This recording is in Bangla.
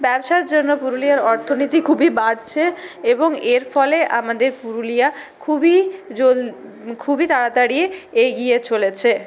ব্যবসার জন্য পুরুলিয়ার অর্থনীতি খুবই বাড়ছে এবং এর ফলে আমাদের পুরুলিয়া খুবই খুবই তাড়াতাড়ি এগিয়ে চলেছে